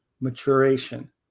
maturation